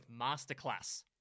Masterclass